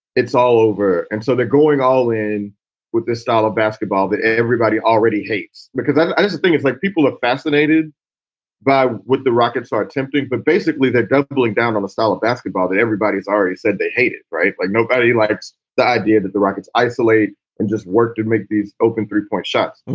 it's all over and so they're going all in with this style of basketball that everybody already hates, because i just think it's like people are fascinated by what the rockets are attempting but basically they're doubling down on the style of basketball that everybody's already said they hate it. right. like nobody likes the idea that the rockets isolate and just work to make these open three point shot.